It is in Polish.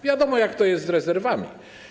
Wiadomo, jak to jest z rezerwami.